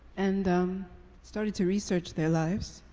and um started to research their lives,